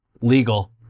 legal